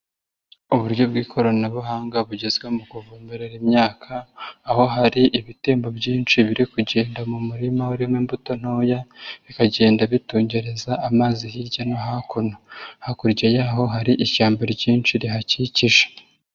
Uburyo bw'ikoranabuhanga bugezweho mu kuvomerera imyaka aho hari ibitemba byinshi biri kugenda mu murima urimo imbuto ntoya bikagenda bitugereza amazi hirya no hakuno, hakurya y'aho hari ishyamba ryinshi rihakikije.